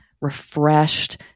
refreshed